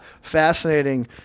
Fascinating